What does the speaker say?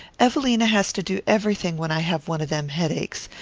evelina has to do everything when i have one of them headaches.